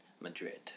Madrid